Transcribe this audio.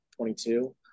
22